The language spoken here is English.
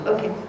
Okay